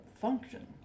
function